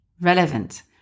Relevant